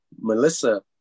Melissa